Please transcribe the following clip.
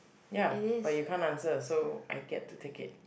ya but you can't answer so I get to take it